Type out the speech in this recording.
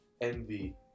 envy